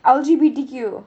L_G_B_T_Q